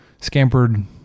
scampered